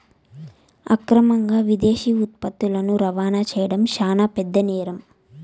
అక్రమంగా విదేశీ ఉత్పత్తులని రవాణా చేయడం శాన పెద్ద నేరం